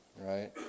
Right